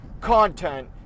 content